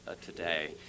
today